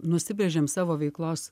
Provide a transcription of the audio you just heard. nusibrėžėm savo veiklos